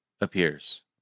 appears